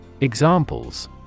Examples